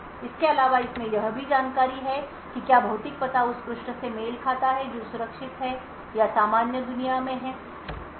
इसके अलावा इसमें यह भी जानकारी है कि क्या भौतिक पता उस पृष्ठ से मेल खाता है जो सुरक्षित है या सामान्य दुनिया में है